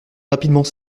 rapidement